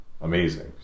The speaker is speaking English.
amazing